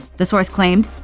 the source claimed,